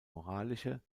moralische